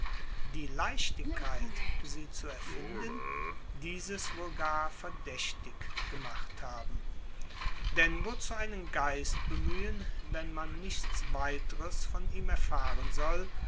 die leichtigkeit sie zu erfinden dieses wohl gar verdächtig gemacht haben denn wozu einen geist bemühen wenn man nichts weiteres von ihm erfahren soll